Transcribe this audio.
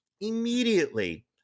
Immediately